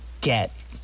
get